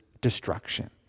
destruction